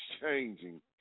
changing